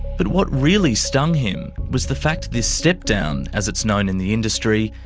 but what really stung him was the fact this stepdown, as it's known in the industry,